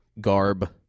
garb